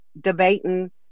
debating